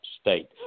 state